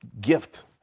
gift